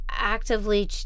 actively